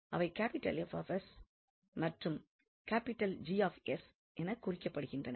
அவை மற்றும் எனக் குறிக்கப்படுகின்றன